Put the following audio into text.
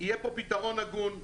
יהיה פה פתרון הגון.